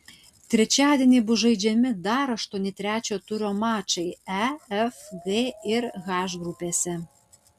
trečiadienį bus žaidžiami dar aštuoni trečio turo mačai e f g ir h grupėse